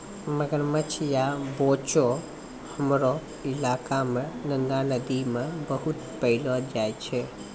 मगरमच्छ या बोचो हमरो इलाका मॅ गंगा नदी मॅ बहुत पैलो जाय छै